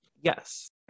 Yes